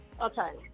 Okay